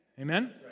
Amen